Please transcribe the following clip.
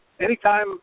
anytime